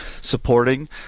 supporting